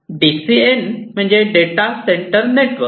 D C N म्हणजे data center network